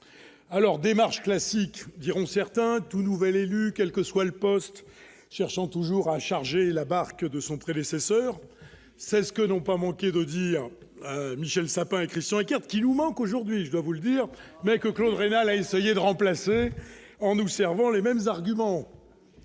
alors démarche classique, diront certains, tout nouvel élu quel que soit le poste, cherchant toujours à charger la barque de son prédécesseur, c'est ce que n'ont pas manqué d'dire Michel Sapin et Christian Eckert, qui nous manque aujourd'hui, je dois vous le dire mais que Claude rénal a essayer de remplacer en nous servant les mêmes arguments,